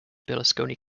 berlusconi